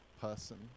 person